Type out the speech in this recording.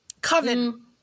Coven